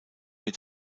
mit